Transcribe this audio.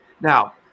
Now